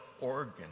organ